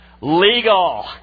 Legal